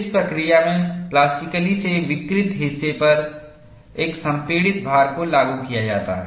इस प्रक्रिया में प्लास्टिकली से विकृत हिस्से पर एक संपीड़ित भार को लागू किया जाता है